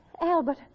Albert